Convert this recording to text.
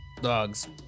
dogs